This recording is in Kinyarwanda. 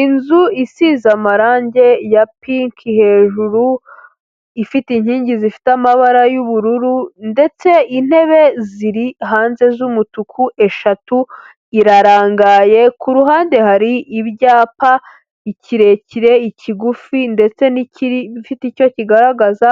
Inzu isize amarange ya pinki hejuru, ifite inkingi zifite amabara y'ubururu, ndetse intebe ziri hanze z'umutuku eshatu, irarangaye, ku ruhande hari ibyapa, ikirekire, ikigufi ndetse n'igifite icyo kigaragaza,